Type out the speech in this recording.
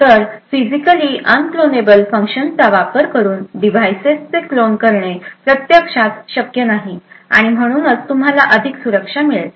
तर physically unclonable फंक्शन्सचा वापर करून डिव्हाइसचे क्लोन करणे प्रत्यक्षात शक्य नाही आणि म्हणूनच तुम्हाला अधिक चांगली सुरक्षा मिळेल